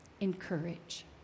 encourage